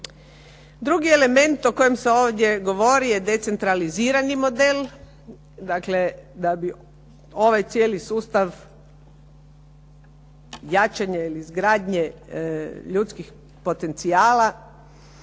Drugi element o kojem se ovdje govori je decentralizirani model, dakle da bi ovaj cijeli sustav jačanja ili izgradnje ljudskih potencijala,